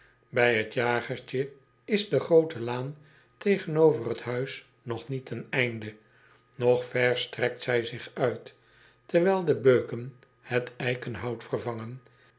ij het jagertje is de groote laan tegenover het huis nog niet ten einde og ver strekt zij zich uit terwijl de beuken het eikenhout vervangen